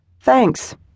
Thanks